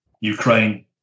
Ukraine